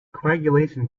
coagulation